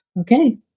okay